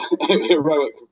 heroic